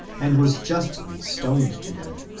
and was justly stoned to death.